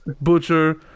Butcher